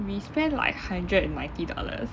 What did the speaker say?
we spent like hundred and ninety dollars